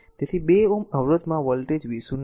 તેથી અને 2Ω અવરોધમાં વોલ્ટેજ v0 છે